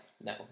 no